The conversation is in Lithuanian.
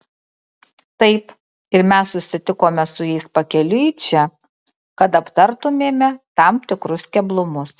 taip ir mes susitikome su jais pakeliui į čia kad aptartumėme tam tikrus keblumus